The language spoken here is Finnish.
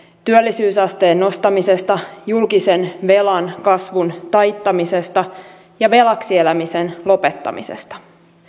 työllisyysasteen nostamisesta julkisen velan kasvun taittamisesta ja velaksi elämisen lopettamisesta